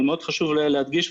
אבל מאוד חשוב להדגיש,